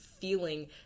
feeling